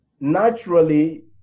naturally